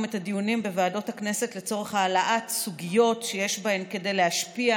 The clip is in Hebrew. את הדיונים בוועדות הכנסת להעלאת סוגיות שיש בהן כדי להשפיע,